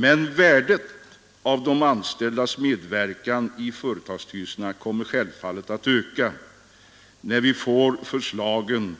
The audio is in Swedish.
Men värdet av de anställdas medverkan i företagsstyrelserna kommer självfallet att öka, när vi får fram förslagen